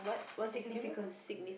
significance